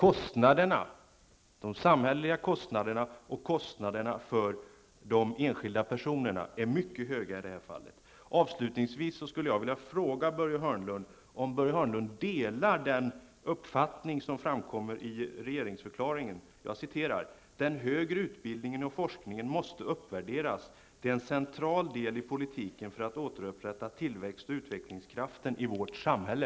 De samhälleliga kostnaderna och kostnaderna för de enskilda personerna är mycket höga i det här fallet. Hörnlund om han delar den uppfattning som framkommer i regeringsdeklarationen, nämligen: ''Den högre utbildningen och forskningen måste uppvärderas. Det är en central del i politiken för att återupprätta tillväxt och utvecklingskraften i vårt samhälle.''